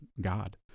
God